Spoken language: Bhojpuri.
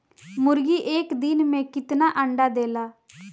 मुर्गी एक दिन मे कितना अंडा देला?